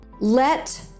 let